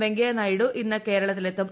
വെങ്കയ്യ നായിഡു ഇന്ന് കേരളത്തിലെത്തും